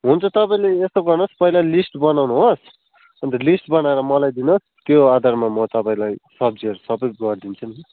हुन्छ तपाईँले यस्तो गर्नुहोस् पहिला लिस्ट बनाउनुहोस् अन्त लिस्ट बनाएर मलाई दिनुहोस् त्यो आधारमा म तपाईँलाई सब्जीहरू सबै गरिदिन्छु नि